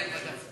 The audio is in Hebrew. כן, ודאי.